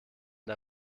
der